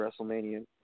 WrestleMania